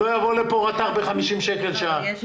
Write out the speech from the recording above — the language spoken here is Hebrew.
ב-50 ₪ לשעה.